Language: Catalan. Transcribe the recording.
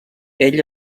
ell